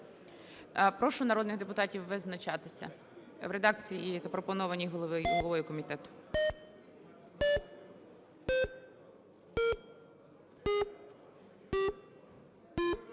Прошу народних депутатів визначатися в редакції, запропонованій головою комітету.